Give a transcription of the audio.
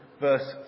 verse